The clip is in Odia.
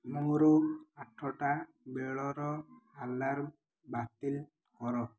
ମୋର ଆଠଟା ବେଳର ଆଲାର୍ମ ବାତିଲ କର